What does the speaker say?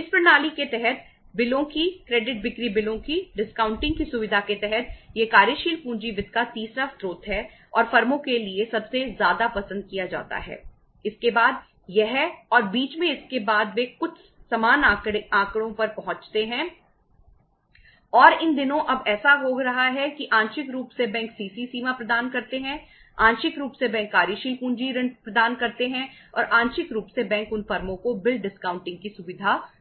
तो इस प्रणाली के तहत बिलों की क्रेडिट बिक्री बिलों की डिस्काउंटिंग की सुविधा